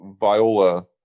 viola